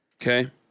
Okay